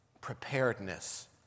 preparedness